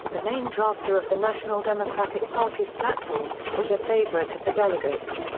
the main drafter of the national democratic party's platform, was a favorite of the delegates.